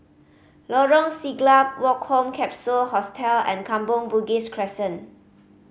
Lorong Siglap Woke Home Capsule Hostel and Kampong Bugis Crescent